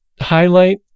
highlight